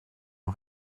mon